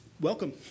welcome